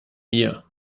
mir